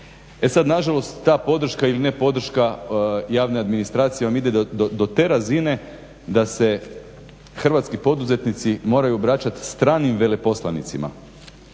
E sad na žalost ta podrška ili ne podrška javne administracije vam ide do te razine da se hrvatski poduzetnici moraju obraćati stranim veleposlanicima,